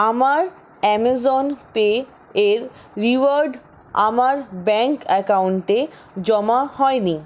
আমার অ্যামাজন পেয়ের রিওয়ার্ড আমার ব্যাংক অ্যাকাউন্টে জমা হয় নি